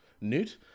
Newt